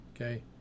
Okay